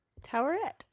Towerette